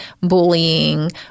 Bullying